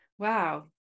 Wow